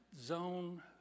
zone